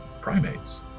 primates